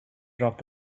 dropped